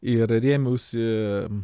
ir rėmiausi